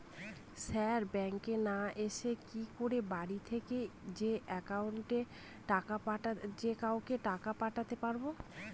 Sir ব্যাঙ্কে না এসে কি করে বাড়ি থেকেই যে কাউকে টাকা পাঠাতে পারবো?